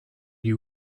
you